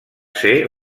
ser